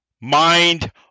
Mind